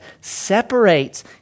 separates